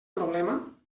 problema